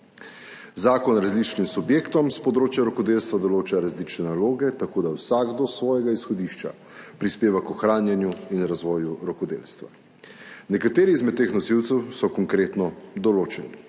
Zakon različnim subjektom s področja rokodelstva določa različne naloge, tako da vsak do svojega izhodišča prispeva k ohranjanju in razvoju rokodelstva. Nekateri izmed teh nosilcev so konkretno določeni.